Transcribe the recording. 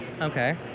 Okay